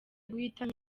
guhitamo